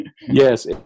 Yes